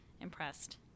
impressed